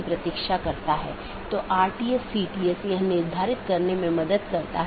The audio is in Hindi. तो यह ऐसा नहीं है कि यह OSPF या RIP प्रकार के प्रोटोकॉल को प्रतिस्थापित करता है